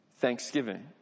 thanksgiving